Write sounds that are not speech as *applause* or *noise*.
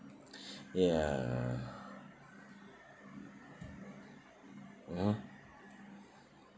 *breath* ya (uh huh)